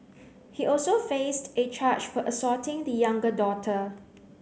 he also faced a charge for assaulting the younger daughter